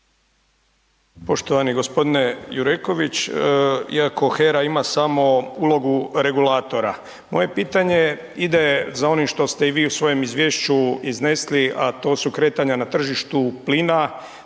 Poštovani gospodine Jureković, iako HERA ima samo ulogu regulatora moje pitanje ide za onim što ste i vi u svojem izvješću iznesli, a to su kretanja na tržištu plina,